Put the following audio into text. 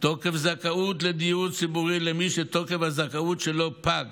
תוקף זכאות לדיור ציבורי למי שתוקף הזכאות שלו פג